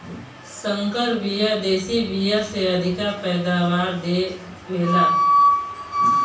संकर बिया देशी बिया से अधिका पैदावार दे वेला